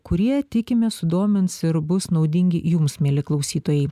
kurie tikimės sudomins ir bus naudingi jums mieli klausytojai